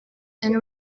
and